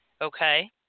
okay